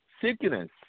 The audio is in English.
sickness